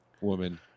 woman